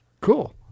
Cool